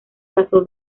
vaso